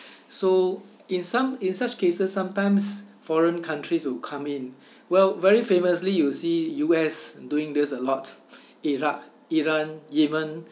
so in some in such cases sometimes foreign countries will come in well very famously you see U_S doing this a lot iraq iran yemen